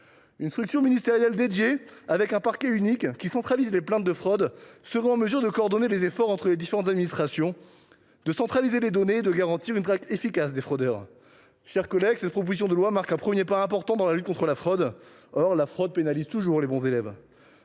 Une structure ministérielle dédiée, avec un parquet unique qui centralise les plaintes de fraudes, serait en mesure de coordonner les efforts entre les différentes administrations, de centraliser les données et de garantir une traque efficace des fraudeurs. Mes chers collègues, cette proposition de loi marque un premier pas important dans la lutte contre la fraude, la fraude pénalisant toujours les bons élèves.